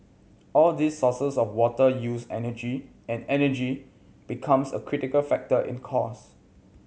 all these sources of water use energy and energy becomes a critical factor in cost